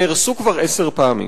נהרסו כבר עשר פעמים.